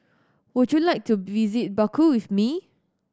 would you like to visit Baku with me